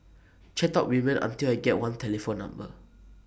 chat up women until I get one telephone number